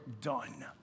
done